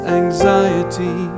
anxiety